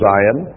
Zion